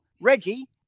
Reggie